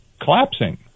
collapsing